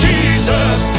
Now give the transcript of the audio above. Jesus